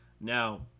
Now